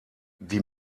die